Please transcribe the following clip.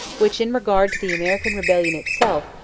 which, in regard to the american rebellion itself,